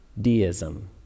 deism